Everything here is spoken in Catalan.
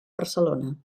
barcelona